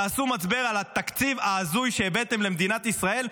תעשו משבר על התקציב ההזוי שהבאתם למדינת ישראל.